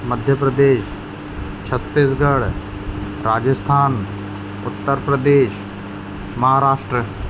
Madhya Pradesh Chhattisgarh Rajasthan Uttar Pradesh Maharashtra